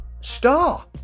star